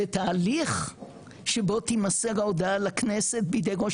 ואת ההליך שבו תימסר ההודעה לכנסת בידי ראש